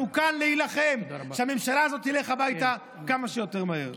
אנחנו כאן כדי להילחם שהממשלה הזאת תלך הביתה כמה שיותר מהר.